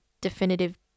definitive